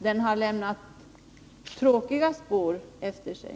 Den har lämnat tråkiga spår efter sig.